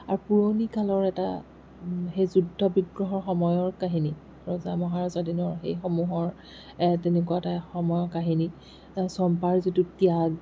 আৰু পুৰণি কালৰ এটা সেই যুদ্ধ বিগ্ৰহৰ সময়ৰ কাহিনী ৰজা মহাৰজা দিনৰ সেইসমূহৰ তেনেকুৱা এটা সময়ৰ কাহিনী চম্পাৰ যিটো ত্যাগ